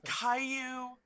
Caillou